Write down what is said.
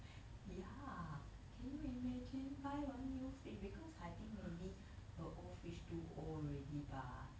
ya can you imagine buy one new fridge because I think maybe her old fridge too old already bah